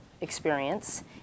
experience